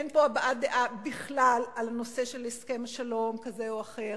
אין פה הבעת דעה בכלל בנושא של הסכם שלום כזה או אחר,